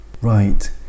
Right